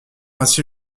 ainsi